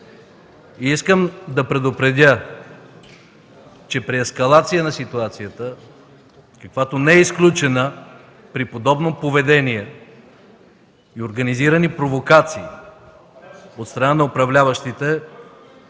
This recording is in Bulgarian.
Искам да предупредя, че при ескалация на ситуацията, каквато не е изключена при подобно поведение, и организирани провокации от страна на управляващите,